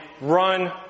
run